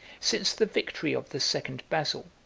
since the victory of the second basil,